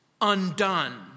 undone